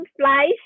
flies